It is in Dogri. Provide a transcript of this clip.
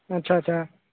अच्छा अच्छा